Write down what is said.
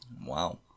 Wow